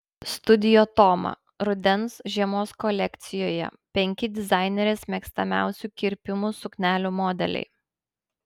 studio toma rudens žiemos kolekcijoje penki dizainerės mėgstamiausių kirpimų suknelių modeliai